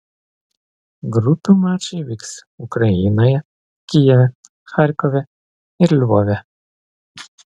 grupių mačai vyks ukrainoje kijeve charkove ir lvove